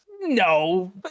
No